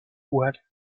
voiles